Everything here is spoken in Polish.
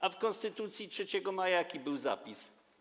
A w Konstytucji 3 maja jaki był zapis?